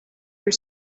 your